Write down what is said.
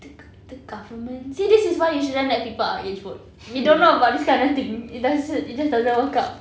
the go~ the government see this is why you shouldn't let people our age vote we don't know about this kinda thing it doesn't it just doesn't work out